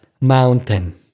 mountain